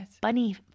bunny